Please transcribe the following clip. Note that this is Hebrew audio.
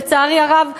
לצערי הרב מגדילים,